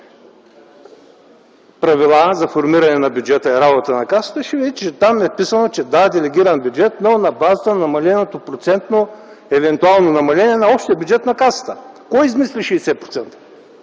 Правила за формиране на бюджета и работата на Касата, ще видите, че там е записано – да, делегиран бюджет, но на базата на процентното намаление, евентуално намаление на общия бюджет на Касата. Кой измисли 60%?